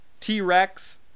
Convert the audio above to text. T-Rex